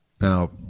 Now